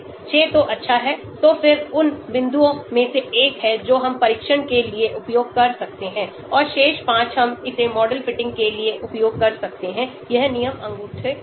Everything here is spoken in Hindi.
6 तो अच्छा है तो फिर उन बिंदुओं में से एक है जो हम परीक्षण के लिए उपयोग कर सकते हैं और शेष 5 हम इसे मॉडल फिटिंग के लिए उपयोग कर सकते हैं यह नियम अंगूठे है